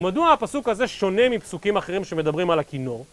מדוע הפסוק הזה שונה מפסוקים אחרים שמדברים על הכינור?